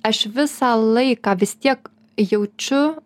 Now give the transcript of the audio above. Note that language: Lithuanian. aš visą laiką vis tiek jaučiu